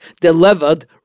delivered